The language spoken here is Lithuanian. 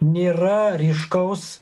nėra ryškaus